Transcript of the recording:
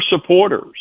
supporters